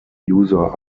user